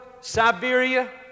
Siberia